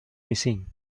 missing